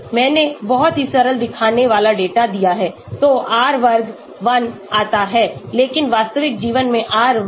मैंने बहुत ही सरल दिखने वाला डेटा दिया है तो R वर्ग 1 आता है लेकिन वास्तविक जीवन में R वर्ग शायद 07 08 और 09 है